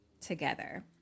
together